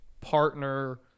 partner